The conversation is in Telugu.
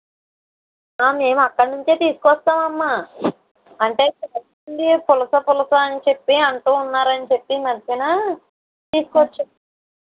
మేము అక్కడి నుంచే తీసుకోస్తాము అమ్మా అంటే పులస పులస అని చెప్పి అంటున్నారని చెప్పి ఈ మధ్యలో తీసుకొచ్చాను